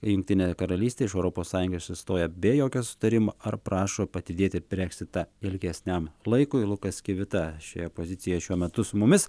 jungtinė karalystė iš europos sąjungos išstoja be jokio susitarimo ar prašo atidėti breksitą ilgesniam laikui lukas kivita šioje pozicijoje šiuo metu su mumis